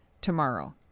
tomorrow